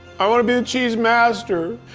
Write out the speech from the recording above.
i want to be the cheese master.